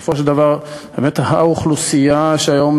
בסופו של דבר הם אוכלוסייה שהיום